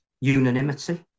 unanimity